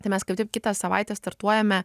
tai mes kaip tik kitą savaitę startuojame